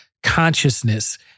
consciousness